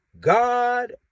God